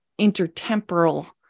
intertemporal